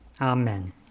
Amen